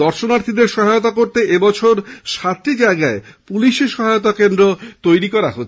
দর্শনার্থীদের সহায়তা করতে এই বছর সাতটি জায়গায় পুলিশ সহায়তা কেন্দ্র তৈরি করা হচ্ছে